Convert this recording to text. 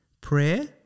Prayer